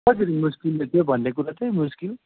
हजुर मुस्किलै त्यो भन्ने कुरा चाहिँ मुस्किल